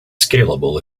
scalable